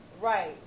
Right